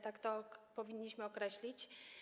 Tak to powinniśmy określić.